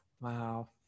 Wow